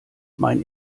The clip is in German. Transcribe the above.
mein